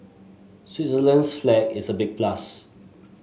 Switzerland's flag is a big plus